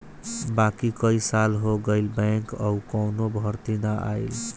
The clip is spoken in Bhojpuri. बाकी कई साल हो गईल बैंक कअ कवनो भर्ती ना आईल